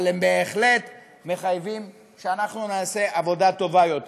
אבל הם בהחלט מחייבים שאנחנו נעשה עבודה טובה יותר.